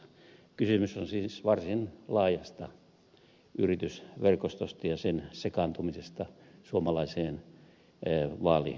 kysymys on siis varsin laajasta yritysverkostosta ja sen sekaantumisesta suomalaiseen vaalirahoitukseen